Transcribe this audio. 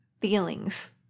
feelings